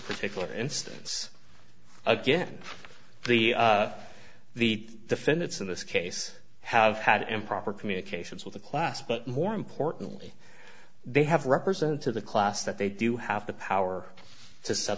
particular instance again the the defendants in this case have had improper communications with the class but more importantly they have represented to the class that they do have the power to